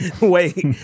wait